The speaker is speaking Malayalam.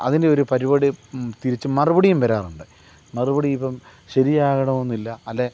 അതിൻ്റെയൊരു പരുപാടിയും തിരിച്ചും മറുപടിയും വരാറുണ്ട് മറുപടിയിപ്പം ശരിയാകണമെന്നില്ല അല്ലേ